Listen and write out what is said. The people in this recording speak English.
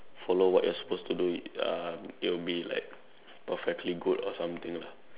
follow what you're supposed to do it uh it'll be like perfectly good or something lah